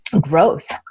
growth